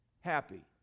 happy